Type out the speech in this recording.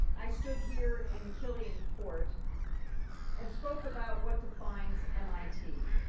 i stood here in killeen court and spoke about what defines mit,